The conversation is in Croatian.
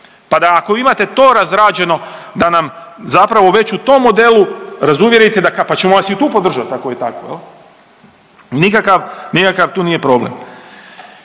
Pa da ako imate to razrađeno, da nam zapravo već u tom modelu razuvjerite, pa ćemo vas i tu podržati ako je tako. Nikakav tu nije problem.